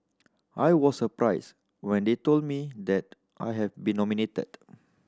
I was surprised when they told me that I had been nominated